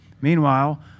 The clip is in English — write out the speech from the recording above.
Meanwhile